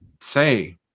say